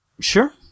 Sure